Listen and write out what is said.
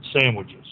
sandwiches